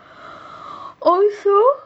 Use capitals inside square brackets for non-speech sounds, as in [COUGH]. [BREATH] also